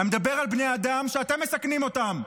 אני מדבר על בני אדם שאתם מסכנים אותם.